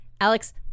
Alex